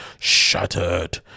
shattered